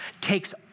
takes